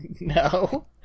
no